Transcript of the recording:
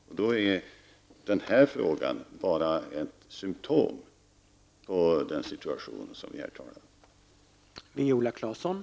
Då är denna fråga som vi nu diskuterar bara ett symtom på den situation som vi befinner oss i.